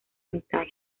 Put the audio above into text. mitad